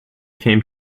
came